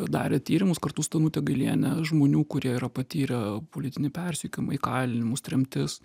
darę tyrimus kartu su danute gailiene žmonių kurie yra patyrę politinį persekiojimą įkalinimus tremtis